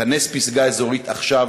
כנס פסגה אזורית עכשיו,